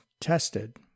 tested